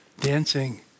dancing